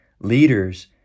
Leaders